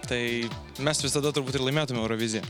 tai mes visada turbūt ir laimėtume euroviziją